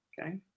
okay